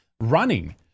running